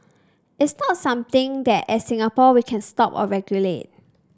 it's not something that as Singapore we can stop or regulate